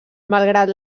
malgrat